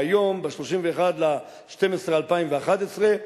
והיום, ב-31 בדצמבר 2011,